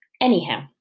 Anyhow